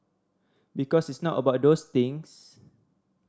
because it's not about those things